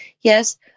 yes